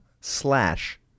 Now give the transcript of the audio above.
slash